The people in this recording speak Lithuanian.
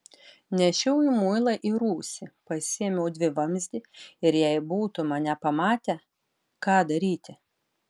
nešiau muilą į rūsį pasiėmiau dvivamzdį ir jei būtų mane pamatę ką daryti